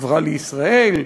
"החברה לישראל",